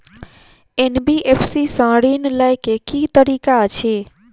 NBFC सँ ऋण लय केँ की तरीका अछि?